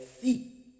see